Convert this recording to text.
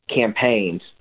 campaigns